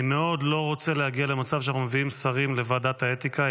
אני מאוד לא רוצה להגיע למצב שאנחנו מביאים שרים לוועדת האתיקה,